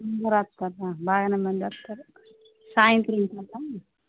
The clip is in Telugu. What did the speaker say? అందరు వస్తారురా బాగానే మంది వస్తారు సాయంత్రం